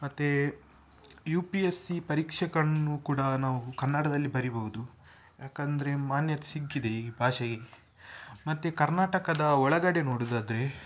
ಮತ್ತು U P S C ಪರೀಕ್ಷೆಗಳನ್ನು ಕೂಡ ನಾವು ಕನ್ನಡದಲ್ಲಿ ಬರೀಬೌದು ಏಕಂದ್ರೆ ಮಾನ್ಯತೆ ಸಿಕ್ಕಿದೆ ಈ ಭಾಷೆಗೆ ಮತ್ತು ಕರ್ನಾಟಕದ ಒಳಗಡೆ ನೋಡುವುದಾದ್ರೆ